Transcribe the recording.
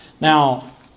Now